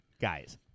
guys